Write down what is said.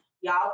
y'all